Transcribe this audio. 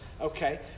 Okay